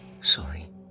Sorry